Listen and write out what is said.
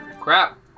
Crap